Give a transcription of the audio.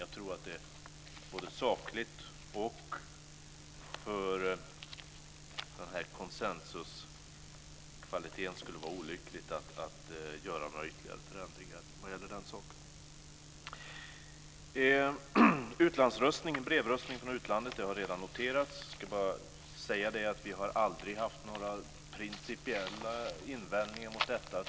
Jag tror att det såväl sakligt som för konsensuskvaliteten skulle vara olyckligt att genomföra några ytterligare förändringar i personvalssystemet. Brevröstning från utlandet har redan noterats. Jag vill bara säga att vi aldrig har haft några principiella invändningar mot detta.